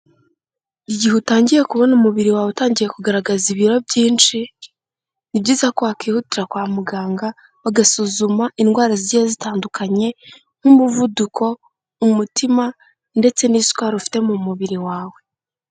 Igihe utangiye kubona umubiri wawe utangiye kugaragaza ibiro byinshi, ni byiza ko wakihutira kwa muganga, bagasuzuma indwara zigiye zitandukanye nk'umuvuduko, umutima ndetse n'isukari ufite mu mubiri wawe.